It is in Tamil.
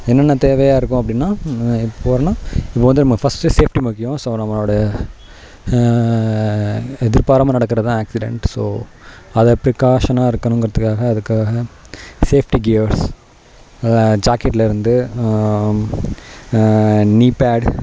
என்னென்ன தேவையாக இருக்கும் அப்படினா போகிறேனா இப்போ வந்து நம்ம ஃபர்ஸ்ட்டு சேஃப்டி முக்கியம் ஸோ நம்மளுடைய எதிர்பாராமல் நடக்கிறதான் ஆக்ஸிடென்ட் ஸோ அதை ப்ரிக்காஷனாக இருக்கணுங்கிறதுக்காக அதுக்காக சேஃப்டி கியர்ஸ் ஜாக்கெட்டில் இருந்து நீ பேட்